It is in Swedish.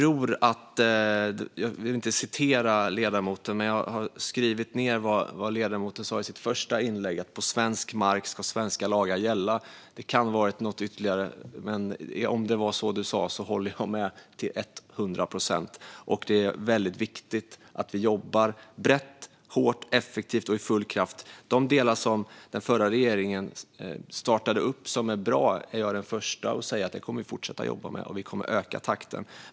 Om jag minns rätt sa ledamoten i sitt första inlägg att på svensk mark ska svenska lagar gälla, och det håller jag med om till hundra procent. Det är viktigt att vi jobbar brett, hårt, effektivt och med full kraft. Den förra regeringen startade upp en del bra saker, och dem kommer vi att fortsätta att jobba med och öka takten.